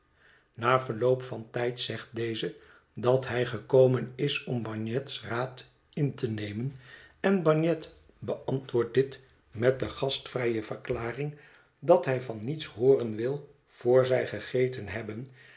na verloop van tijd zegt deze dat hij gekomen is om bagnet's raad in te nemen en bagnet beantwoordt dit met de gastvrij e verklaring dat hij van niets hooren wil voor zij gegeten hebben